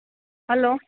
hello